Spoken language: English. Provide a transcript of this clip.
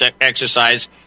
exercise